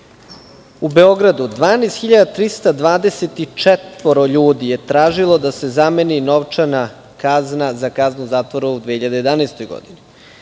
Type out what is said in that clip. u Beogradu 12.324 ljudi je tražilo da se zameni novčana kazna za kaznu zatvora u 2011. godini.